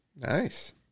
Nice